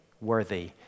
worthy